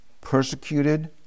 persecuted